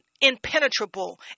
impenetrable